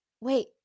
wait